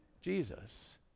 Jesus